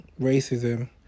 Racism